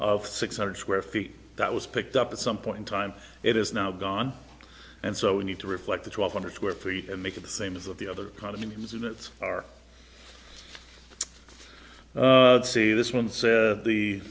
of six hundred square feet that was picked up at some point in time it is now gone and so we need to reflect the twelve hundred square feet and make it the same as of the other condominiums and it's our see this one says the